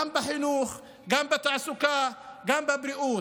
גם בחינוך, גם בתעסוקה, גם בבריאות.